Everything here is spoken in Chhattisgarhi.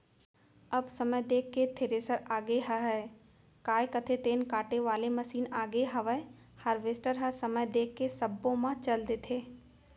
अब समय देख के थेरेसर आगे हयय, काय कथें तेन काटे वाले मसीन आगे हवय हारवेस्टर ह समय देख के सब्बो म चल जाथे